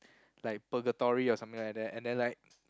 like purgatory or something like that and then like